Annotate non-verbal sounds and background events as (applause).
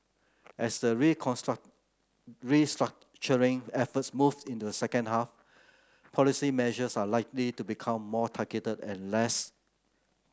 as the (unintelligible) restructuring effort moves into the second half policy measures are likely to become more targeted and less